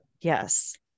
yes